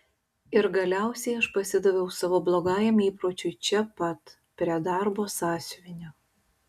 ir galiausiai aš pasidaviau savo blogajam įpročiui čia pat prie darbo sąsiuvinio